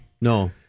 No